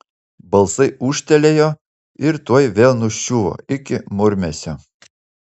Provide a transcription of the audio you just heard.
balsai ūžtelėjo ir tuoj vėl nuščiuvo iki murmesio